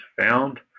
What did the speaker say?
found